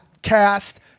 cast